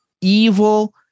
evil